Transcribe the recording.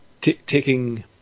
taking